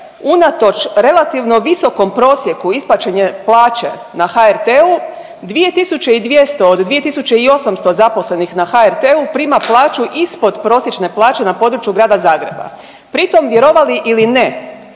unatoč relativno visokom prosjeku isplaćene plaće na HRT-u 2.200 od 2.800 zaposlenih na HRT-u prima plaću ispod prosječne plaće na području Grada Zagreba pritom vjerovali ili ne